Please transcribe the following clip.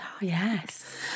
yes